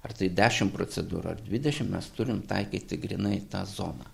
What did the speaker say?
ar tai dešim procedūrų ar dvidešim mes turim taikyti grynai tą zoną